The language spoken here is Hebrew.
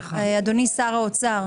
אדוני שר האוצר,